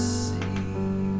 see